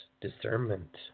discernment